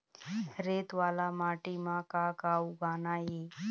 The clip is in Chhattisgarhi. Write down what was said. रेत वाला माटी म का का उगाना ये?